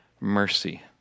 mercy